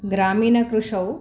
ग्रामीणकृषौ